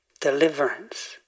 deliverance